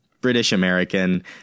British-American